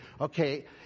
okay